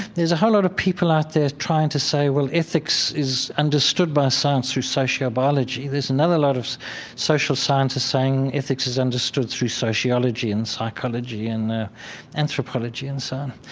there's a whole lot of people out there trying to say, well, ethics is understood by science through sociobiology there's another lot of social scientists saying ethics is understood through sociology and psychology and anthropology, and so on.